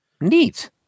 Neat